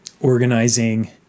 organizing